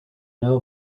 know